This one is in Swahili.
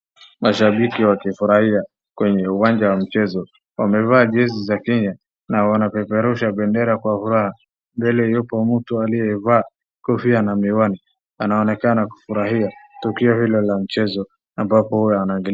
Mashabiki wakifurahia kwenye uwanja wa mchezo. Wamevaa jezi za Kenya na wanapeperusha bendera kwa furaha. Mbele yupo mtu aliyevaa kofia na miwani. Anaonekana kufurahia tukio hilo la mchezo ambapo anaagalia.